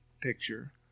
picture